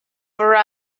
for